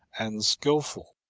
and skilful,